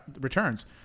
Returns